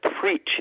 preach